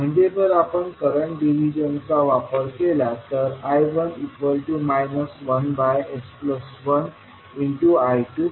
म्हणजे जर आपण करंट डिव्हिजनचा वापर केला तर I1 1s1I2 होईल